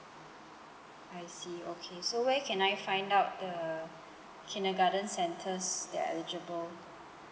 I see okay so where can I find out the kindergarten centres that are eligible